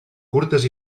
curtes